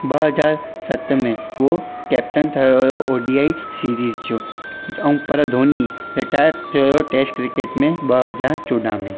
ॿ हज़ार सत में उओ कैप्टन ठयो हुयो ओ डी आई सीरीज जो ऐं पर धोनी रिटायर थियो हुयो टेस्ट क्रिकेट में ॿ हज़ार चोॾहं में